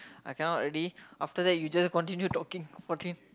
I cannot already after that you just continue talking fourteen